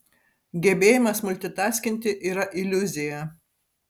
gebėjimas multitaskinti yra iliuzija